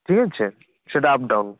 ঠিক আছে সেটা আপ ডাউন